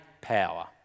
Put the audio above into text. power